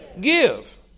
Give